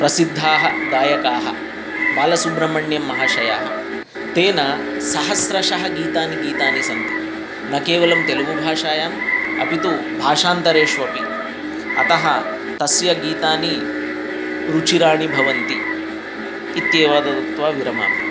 प्रसिद्धाः गायकाः बालसुब्रह्मण्यम् महाशयाः तेन सहस्रशः गीतानि गीतानि सन्ति न केवलं तेलुगुभाषायाम् अपि तु भाषान्तरेषु अपि अतः तस्य गीतानि रुचिराणि भवन्ति इत्येव उक्त्वा विरमामि